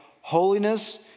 Holiness